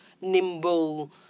nimble